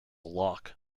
locke